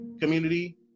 community